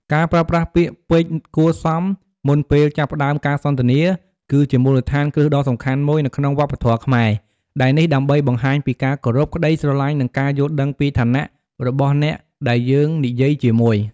ការប្រើប្រាស់ពាក្យពេចន៍គួរសមមុនពេលចាប់ផ្ដើមការសន្ទនា គឺជាមូលដ្ឋានគ្រឹះដ៏សំខាន់មួយនៅក្នុងវប្បធម៌ខ្មែរ ដែលនេះដើម្បីបង្ហាញពីការគោរព ក្ដីស្រឡាញ់ និងការយល់ដឹងពីឋានៈរបស់អ្នកដែលយើងនិយាយជាមួយ។